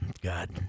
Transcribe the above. God